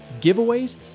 giveaways